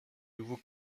nouveau